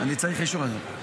אני צריך אישור על זה.